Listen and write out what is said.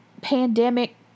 pandemic